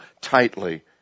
tightly